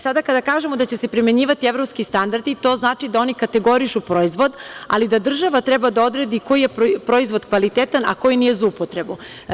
Sada kada kažemo da će se primenjivati evropski standardi, to znači da oni kategorišu proizvod, ali da država treba da odredi koji je proizvod kvalitetan, a koji nije za upotrebu.